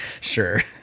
sure